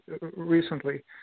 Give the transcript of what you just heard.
recently